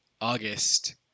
August